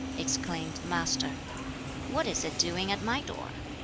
exclaimed the master what is it doing at my door?